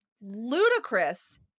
Ludicrous